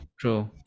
True